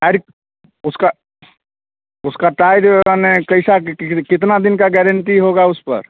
अरी उसका उसका टायर अने कैसा कितना दिन का गैरेंटी होगा उस पर